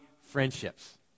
friendships